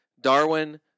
Darwin